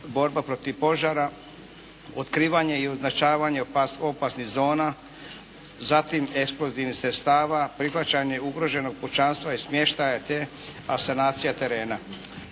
borba protiv požara, otkrivanje i označavanje opasnih zona. Zatim eksplozivnih sredstava, prihvaćanje ugroženog pučanstva i smještaja, te sanacija terena.